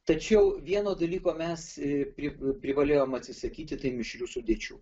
tačiau vieno dalyko mes pri privalėjom atsisakyti tai mišrių sudėčių